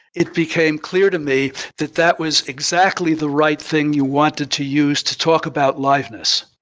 it became clear to me that that was exactly the right thing you wanted to use to talk about liveness.